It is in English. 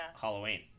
halloween